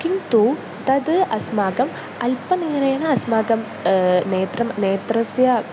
किन्तु तत् अस्माकम् अल्पनेत्रेण अस्माकं नेत्रं नेत्रस्य